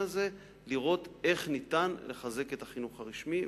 הזה: לראות איך ניתן לחזק את החינוך הרשמי,